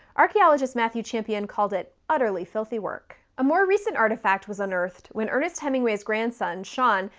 archaeologist matthew champion called it utterly filthy work. a more recent artifact was unearthed when ernest hemingway's grandson, sean,